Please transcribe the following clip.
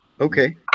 Okay